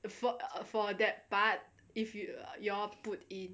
fo~fo~ for that but if yo~ you all put it